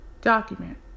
document